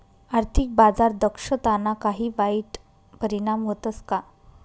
आर्थिक बाजार दक्षताना काही वाईट परिणाम व्हतस का